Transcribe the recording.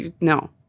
no